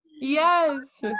Yes